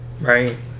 Right